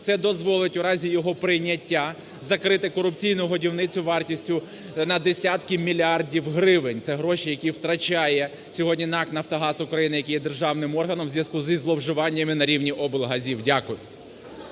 Це дозволить у разі його прийняття закрити корупційну годівницю вартістю на десятки мільярдів гривень, це гроші, які втрачає сьогодні НАК "Нафтогаз України", який є державним органом у зв'язку із зловживаннями на рівні облгазів. Дякую.